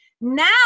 Now